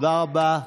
תודה רבה.